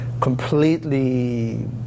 completely